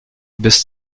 bis